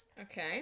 Okay